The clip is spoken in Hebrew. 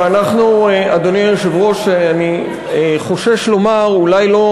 אדוני היושב-ראש, אני חושש לומר, אולי לא